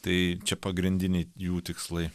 tai čia pagrindiniai jų tikslai